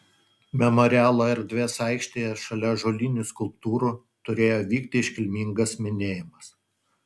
memorialo erdvės aikštėje šalia ąžuolinių skulptūrų turėjo vykti iškilmingas minėjimas